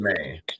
Man